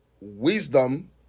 wisdom